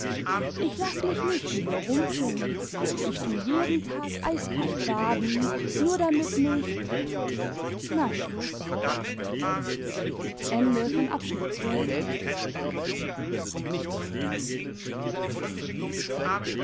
ich laß mich nicht überrumpeln ich tu jeden tag eiskalt baden nur damit nicht na